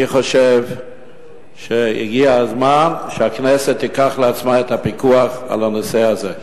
אני חושב שהגיע הזמן שהכנסת תיקח לעצמה את הפיקוח על הנושא הזה.